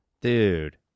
Dude